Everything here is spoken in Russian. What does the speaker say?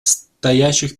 стоящих